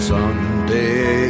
Someday